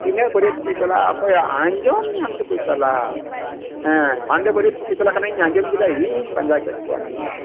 ᱛᱤᱱᱟᱹ ᱵᱟᱹᱨᱭᱟᱹᱛ ᱠᱚ ᱪᱟᱞᱟᱜᱼᱟ ᱚᱠᱚᱭᱟᱜ ᱟᱡᱚᱢ ᱧᱟᱢ ᱛᱮᱠᱚ ᱪᱟᱞᱟᱜ ᱦᱟᱰᱮ ᱵᱟᱹᱨᱭᱟᱹᱛ ᱠᱚ ᱠᱚ ᱪᱟᱞᱟᱜ ᱠᱟᱱᱟ ᱤᱧ ᱟᱡᱚᱢ ᱠᱮᱫᱟ ᱤᱧ ᱦᱚᱧ ᱯᱟᱡᱟ ᱠᱮᱫ ᱠᱚᱣᱟ ᱱᱚᱝᱠᱟ